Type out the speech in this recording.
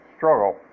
Struggle